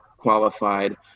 qualified